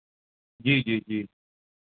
जी जी जी